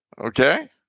Okay